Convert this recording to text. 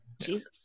Jesus